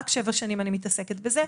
רק שבע שנים אני מתעסקת בזה.